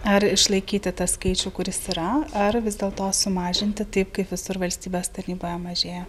ar išlaikyti tą skaičių kuris yra ar vis dėlto sumažinti taip kaip visur valstybės tarnyboje mažėja